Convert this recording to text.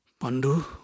Pandu